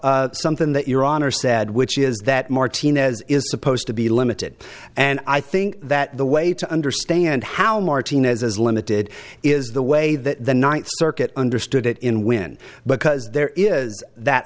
something that your honor said which is that martinez is supposed to be limited and i think that the way to understand how martinez is limited is the way that the ninth circuit understood it in when because there is that